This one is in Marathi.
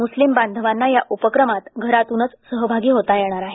मुस्लीम बांधवांना या उपक्रमात घरातूनच सहभागी होता येणार आहे